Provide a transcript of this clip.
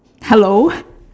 hello